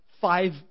five